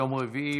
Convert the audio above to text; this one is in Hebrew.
יום רביעי,